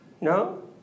No